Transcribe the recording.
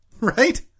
Right